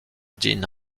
dîn